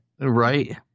Right